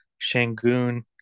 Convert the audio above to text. Shangoon